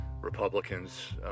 Republicans